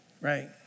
right